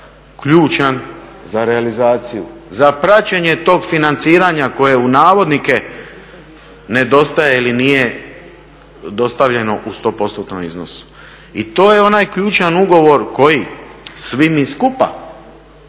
ključan za realizaciju, za praćenje tog financiranja koje u navodnike nedostaje ili nije dostavljeno u 100% iznosu. I to je onaj ključan ugovor koji svi mi skupa